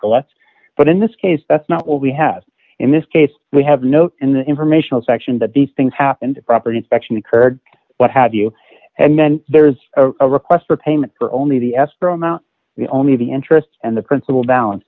collect but in this case that's not what we have in this case we have no informational section that these things happened to property inspection occurred what have you and then there is a request for payment for only the escrow amount the only of the interest and the principal balance